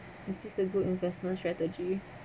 is this a good investment strategy